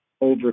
over